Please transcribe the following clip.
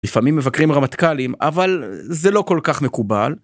לפעמים מבקרים רמטכלים אבל זה לא כל כך מקובל.